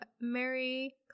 mary